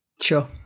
Sure